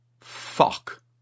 Fuck